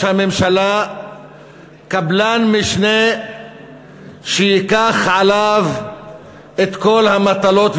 הממשלה קבלן משנה שייקח עליו את כל המטלות,